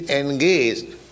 engaged